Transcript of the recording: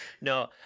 No